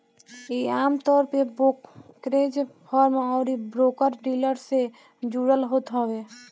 इ आमतौर पे ब्रोकरेज फर्म अउरी ब्रोकर डीलर से जुड़ल होत हवे